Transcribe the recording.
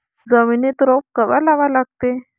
जमिनीत रोप कवा लागा लागते?